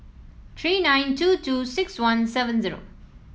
three nine two two six one seven zero